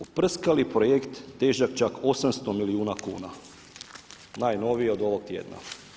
Uprskali projekt težak čak 800 milijuna kuna, najnovije od ovog tjedna.